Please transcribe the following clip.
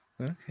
Okay